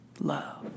love